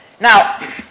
Now